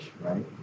right